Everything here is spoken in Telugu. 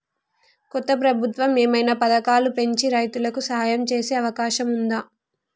కొత్త ప్రభుత్వం ఏమైనా పథకాలు పెంచి రైతులకు సాయం చేసే అవకాశం ఉందా?